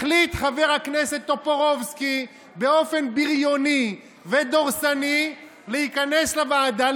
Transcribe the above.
החליט חבר הכנסת טופורובסקי באופן בריוני ודורסני להיכנס לוועדה,